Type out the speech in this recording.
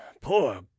poor